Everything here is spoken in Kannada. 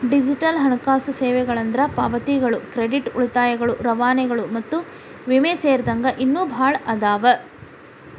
ಡಿಜಿಟಲ್ ಹಣಕಾಸು ಸೇವೆಗಳಂದ್ರ ಪಾವತಿಗಳು ಕ್ರೆಡಿಟ್ ಉಳಿತಾಯಗಳು ರವಾನೆಗಳು ಮತ್ತ ವಿಮೆ ಸೇರಿದಂಗ ಇನ್ನೂ ಭಾಳ್ ಅದಾವ